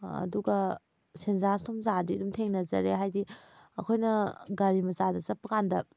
ꯑꯗꯨꯒ ꯁꯦꯟꯖꯥ ꯊꯨꯝꯖꯥꯗꯤ ꯑꯗꯨꯝ ꯊꯦꯡꯅꯖꯔꯦ ꯍꯥꯏꯗꯤ ꯑꯩꯈꯣꯏꯅ ꯒꯥꯔꯤ ꯃꯆꯥꯗ ꯆꯠꯄꯀꯥꯟꯗ